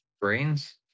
brains